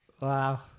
Wow